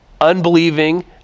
unbelieving